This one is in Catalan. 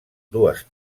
dues